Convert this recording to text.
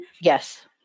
yes